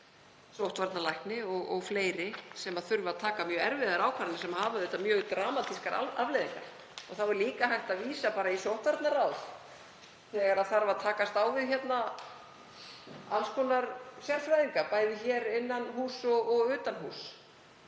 sóttvarnalækni og fleiri sem þurfa að taka mjög erfiðar ákvarðanir sem hafa auðvitað mjög dramatískar afleiðingar. Þá er líka hægt að vísa bara í sóttvarnaráð þegar þarf að takast á við alls konar sérfræðinga, bæði hér innan húss og utan húss,